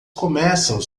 começam